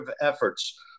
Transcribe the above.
efforts